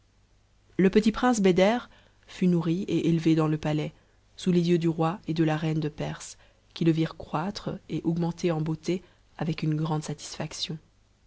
le petit prince beder fut nourri et étevé dans le palais sous les yeux roi et de la reine de perse qui le virent croître et augmenter en beauté avec une grande satisfaction